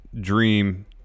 dream